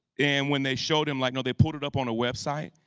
and when they showed him like no, they pulled it up on a website.